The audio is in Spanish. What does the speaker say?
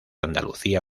andalucía